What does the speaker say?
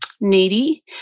needy